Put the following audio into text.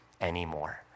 anymore